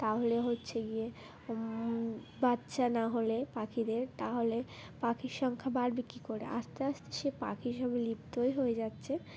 তাহলে হচ্ছে গিয়ে বাচ্চা না হলে পাখিদের তাহলে পাখির সংখ্যা বাড়বে কী করে আস্তে আস্তে সে পাখি সব লুপ্তই হয়ে যাচ্ছে